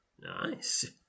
nice